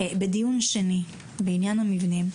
בדיון שני בעניין המבנים.